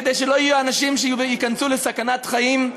כדי שלא יהיו אנשים שייכנסו לסכנת חיים.